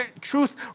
Truth